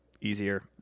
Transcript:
easier